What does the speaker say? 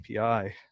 API